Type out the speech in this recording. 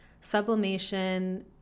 Sublimation